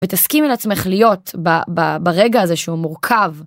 ותסכימי לעצמך להיות ברגע הזה שהוא מורכב.